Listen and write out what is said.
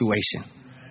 situation